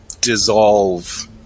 dissolve